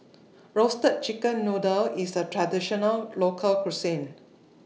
Roasted Chicken Noodle IS A Traditional Local Cuisine